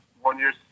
one-year